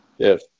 yes